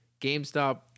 GameStop